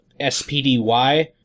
SPDY